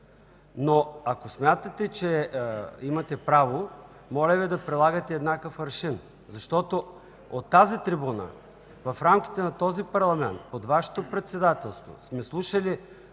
но ако смятате, че имате право, моля Ви да прилагате еднакъв аршин. От тази трибуна в рамките на този парламент под Вашето председателство сме слушали